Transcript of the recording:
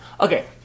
Okay